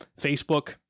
Facebook